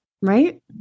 Right